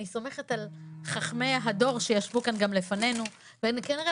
אני סומכת על חכמי הדור שישבו כאן לפנינו וכנראה